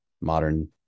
modern